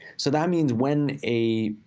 so that means when a,